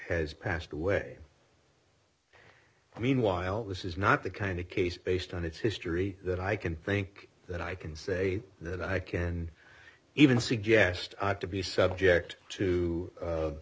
has passed away i mean while this is not the kind of case based on its history that i can think that i can say that i can even suggest to be subject to